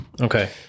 Okay